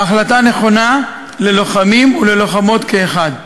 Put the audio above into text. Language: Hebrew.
ההחלטה נכונה ללוחמים וללוחמות כאחד.